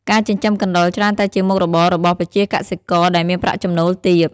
ការចិញ្ចឹមកណ្តុរច្រើនតែជាមុខរបររបស់ប្រជាកសិករដែលមានប្រាក់ចំណូលទាប។